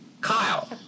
Kyle